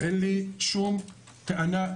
אין לי שום טענה.